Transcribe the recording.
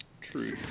True